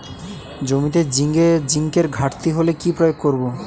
জমিতে জিঙ্কের ঘাটতি হলে কি প্রয়োগ করব?